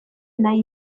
nahi